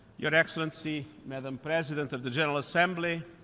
your excellency madam president of the general assembly,